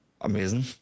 amazing